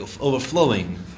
overflowing